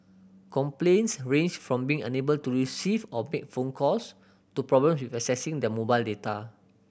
complaints ranged from being unable to receive or make phone calls to problems with accessing their mobile data